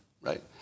right